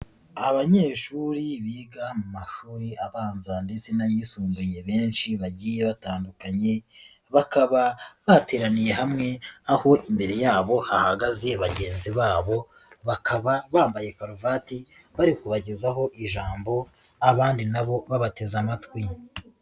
Abanyeshuri biga mu mashuri abanza ndetse n'ayisumbuye benshi bagiye batandukanye, bakaba bateraniye hamwe aho imbere yabo hahagaze bagenzi babo, bakaba bambaye karuvati bari kubagezaho ijambo, abandi na bo babateze amatwi.